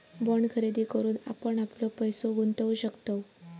bond खरेदी करून आपण आपलो पैसो गुंतवु शकतव